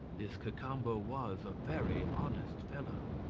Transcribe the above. this cacambo was a very honest fellow.